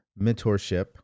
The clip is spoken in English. mentorship